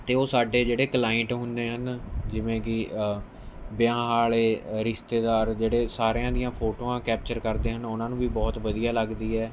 ਅਤੇ ਉਹ ਸਾਡੇ ਜਿਹੜੇ ਕਲਾਇੰਟ ਹੁੰਦੇ ਹਨ ਜਿਵੇਂ ਕਿ ਵਿਆਹਾਂ ਵਾਲ਼ੇ ਰਿਸ਼ਤੇਦਾਰ ਜਿਹੜੇ ਸਾਰਿਆਂ ਦੀਆਂ ਫੋਟੋਆਂ ਕੈਪਚਰ ਕਰਦੇ ਹਨ ਉਹਨਾਂ ਨੂੰ ਵੀ ਬਹੁਤ ਵਧੀਆ ਲੱਗਦੀ ਹੈ